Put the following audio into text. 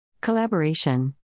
Collaboration